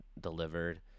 delivered